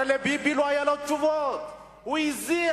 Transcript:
הרי לביבי לא היו תשובות, הוא הזיע,